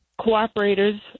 cooperators